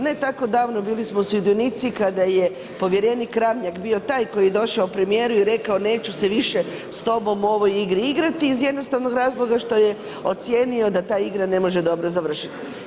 Ne tako davno bili smo sudionici kada je povjerenik Ramljak bio taj koji je došao premijeru i rekao neću se više s tobom u ovoj igri igrati iz jednostavnog razloga što je ocijenio da ta igra ne može dobro završiti.